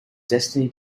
destiny